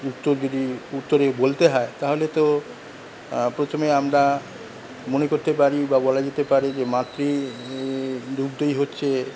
উত্তর যদি উত্তরে বলতে হয় তাহলে তো প্রথমে আমরা মনে করতে পারি বা বলা যেতে পারে যে মাতৃদুগ্ধই হচ্ছে